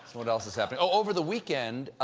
so what else is happening? oh, over the weekend,